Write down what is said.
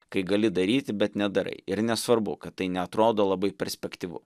kai gali daryti bet nedarai ir nesvarbu kad tai neatrodo labai perspektyvu